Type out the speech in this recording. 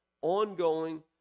ongoing